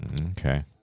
Okay